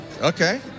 Okay